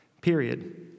period